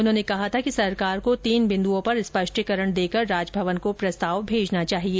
उन्होंने कहा था कि सरकार को तीन बिन्दुओं पर स्पष्टिकरण देकर राजभवन को प्रस्ताव भेजना चाहिए